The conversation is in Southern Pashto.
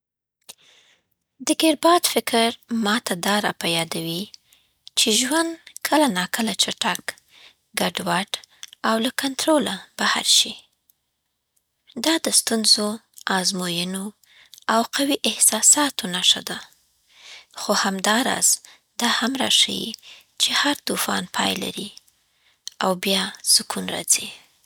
د ګردباد فکر ما ته دا راپه یادوي چې ژوند کله ناکله چټک، ګډوډ او له کنټروله بهر شي. دا د ستونزو، ازموینو او قوي احساساتو نښه ده، خو همداراز دا هم را ښيي چې هر طوفان پای لري، او بیا سکون راځي.